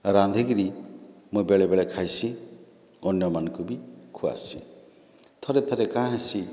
ରାନ୍ଧିକିରି ମୁଇଁ ବେଳେ ବେଳେ ଖାଇସି ଅନ୍ୟମାନଙ୍କୁ ବି ଖୁଆସି ଥରେ ଥରେ କାଁ ହେସି